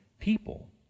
people